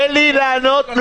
קרן בר מנחם לא תהיה בדיון?